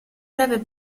breve